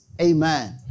Amen